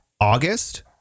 August